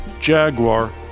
Jaguar